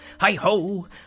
hi-ho